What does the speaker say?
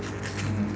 mmhmm